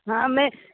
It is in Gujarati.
હા મે